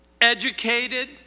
Educated